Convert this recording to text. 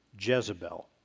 Jezebel